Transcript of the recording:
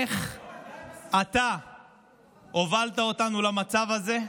איך אתה הובלת אותנו למצב הזה?